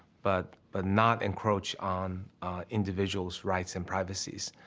but, but not encroach on a individual's rights and privacies?